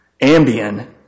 Ambien